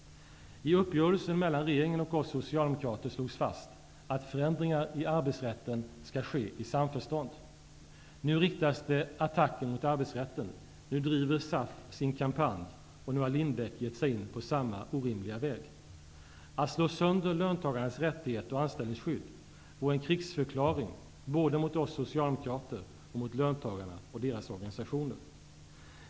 I uppgörelsen mellan regeringen och oss socialdemokrater slogs fast att förändringar i arbetsrätten skall ske i samförstånd. Nu riktas det attacker mot arbetsrätten. Nu driver SAF sin kampanj. Och nu har Lindbeck gett sig in på samma orimliga väg. Att slå sönder löntagarnas rättigheter och anställningsskydd vore en krigsförklaring både mot oss socialdemokrater och mot löntagarna och deras organisationer.